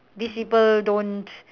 these people don't